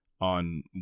on